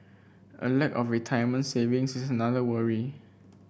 a lack of retirement savings is another worry